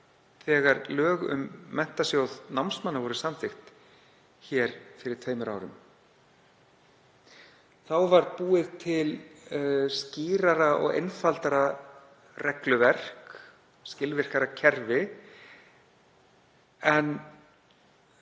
þegar lög um Menntasjóð námsmanna voru samþykkt fyrir tveimur árum. Þá var búið til skýrara og einfaldara regluverk, skilvirkara kerfi, en